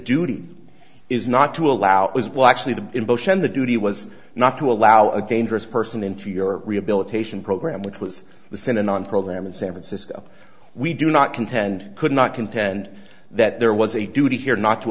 duty is not to allow it was well actually the emotion the duty was not to allow a dangerous person into your rehabilitation program which was the center non program in san francisco we do not contend could not contend that there was a duty here not to